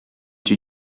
que